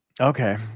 okay